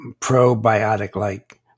probiotic-like